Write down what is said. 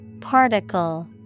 Particle